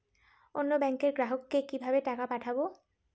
অন্য ব্যাংকের গ্রাহককে কিভাবে টাকা পাঠাবো?